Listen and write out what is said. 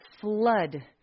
flood